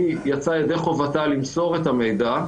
התשפ"א-2021.